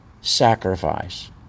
sacrifice